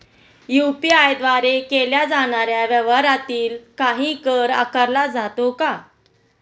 UPI द्वारे केल्या जाणाऱ्या व्यवहारावरती काही कर आकारला जातो का?